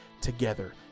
together